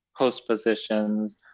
postpositions